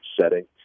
setting